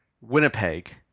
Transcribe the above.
Winnipeg